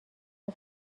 روز